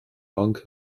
onkel